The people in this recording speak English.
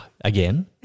again